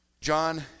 John